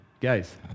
guys